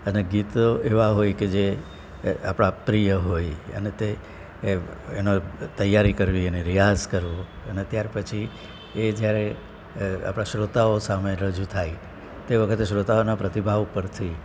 અને ગીતો એવા હોય કે જે આપણા પ્રિય હોય અને તે એનો તૈયારી કરવી અને રિયાઝ કરવું અને ત્યાર પછી એ જ્યારે આપણા શ્રોતાઓ સામે રજૂ થાય તે વખતે શ્રોતાઓના પ્રતિભાવ પરથી